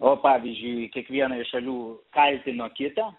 o pavyzdžiui kiekviena iš šalių kaltino kitą